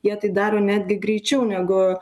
jie tai daro netgi greičiau negu